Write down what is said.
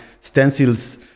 stencils